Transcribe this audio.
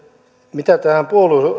mitä tähän